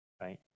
right